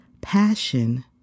passion